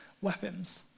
weapons